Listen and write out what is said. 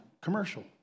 commercial